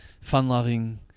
fun-loving